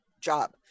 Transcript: job